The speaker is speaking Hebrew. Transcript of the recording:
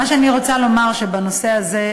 מה שאני רוצה לומר בנושא הזה,